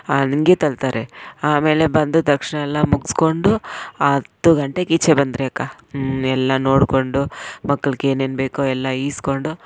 ಹಂಗೆ ತಳ್ತಾರೆ ಆಮೇಲೆ ಬಂದು ದರ್ಶನ ಎಲ್ಲ ಮುಗಿಸ್ಕೊಂಡು ಹತ್ತು ಗಂಟೆಗೆ ಈಚೆ ಬಂದ್ವಿ ಅಕ್ಕ ಹ್ಞೂ ಎಲ್ಲ ನೋಡ್ಕೊಂಡು ಮಕ್ಳಿಗೆ ಏನೇನು ಬೇಕೋ ಎಲ್ಲ ಈಸ್ಕೊಂಡು